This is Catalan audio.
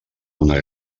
una